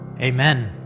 Amen